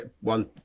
one